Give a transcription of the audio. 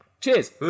cheers